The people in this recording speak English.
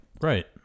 right